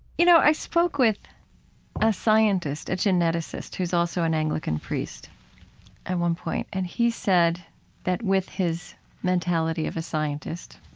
you know, i spoke with a scientist, a geneticist who's also an anglican priest at one point, and he said that with his mentality of a scientist,